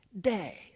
day